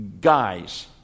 guys